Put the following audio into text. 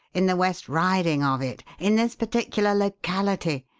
in the west riding of it? in this particular locality?